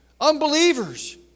unbelievers